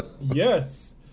Yes